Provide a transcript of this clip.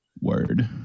Word